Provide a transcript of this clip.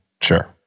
sure